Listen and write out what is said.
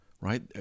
right